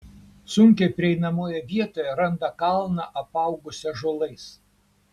sunkiai prieinamoje vietoje randa kalną apaugusį ąžuolais